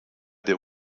der